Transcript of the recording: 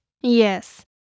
Yes